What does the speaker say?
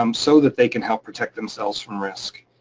um so that they can help protect themselves from risk.